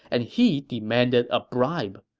and he demanded a bribe.